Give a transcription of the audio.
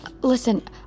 Listen